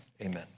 Amen